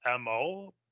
mo